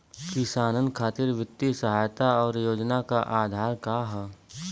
किसानन खातिर वित्तीय सहायता और योजना क आधार का ह?